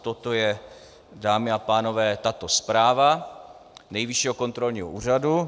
Toto je, dámy a pánové, tato zpráva Nejvyššího kontrolního úřadu.